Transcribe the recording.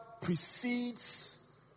precedes